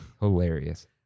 Hilarious